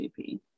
JP